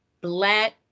Black